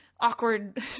awkward